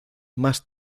más